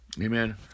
amen